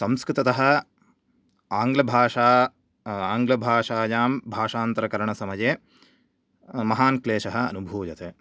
संस्कृततः आङ्ग्लभाषा आङ्ग्लभाषायां भाषान्तरकरणसमये महान् क्लेशः अनुभूयते